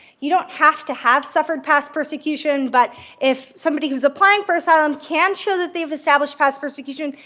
you don't have to have suffered past persecution, but if somebody who's applying for asylum can show that they've established past persecution,